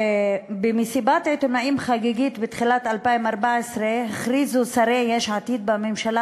במסיבת עיתונאים חגיגית בתחילת 2014 הכריזו שרי יש עתיד בממשלה